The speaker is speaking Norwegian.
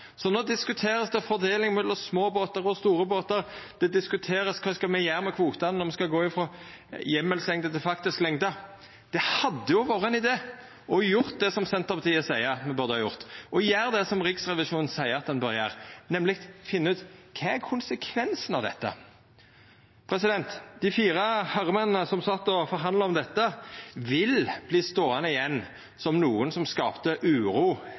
Så no vert det diskutert fordeling mellom små båtar og store båtar, og det vert diskutert kva me skal gjera med kvotane når me skal gå frå heimelslengde til faktisk lengde. Det hadde vore ein idé å gjera det som Senterpartiet seier at me burde ha gjort, og gjere det som Riksrevisjonen seier at ein bør gjera, nemleg finna ut: Kva er konsekvensen av dette? Dei fire herremennene som sat og forhandla om dette, vil verta ståande igjen som nokon som skapte uro